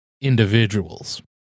individuals